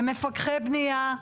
למפקחי בנייה,